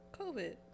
COVID